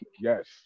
Yes